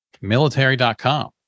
military.com